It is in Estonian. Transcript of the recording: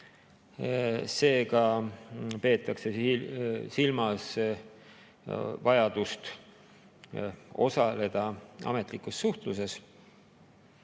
Seega peetakse silmas vajadust osaleda ametlikus suhtluses.